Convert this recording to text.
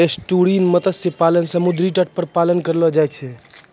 estuarine मत्स्य पालन समुद्री तट पर पालन करलो जाय छै